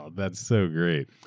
that's so great.